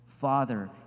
Father